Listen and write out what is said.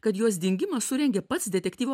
kad jos dingimą surengė pats detektyvų